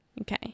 Okay